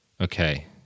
okay